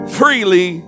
freely